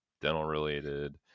dental-related